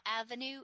Avenue